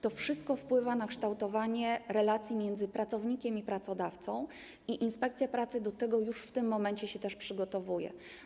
To wszystko wpływa na kształtowanie relacji między pracownikiem a pracodawcą i inspekcja pracy do tego już w tym momencie się przygotowuje.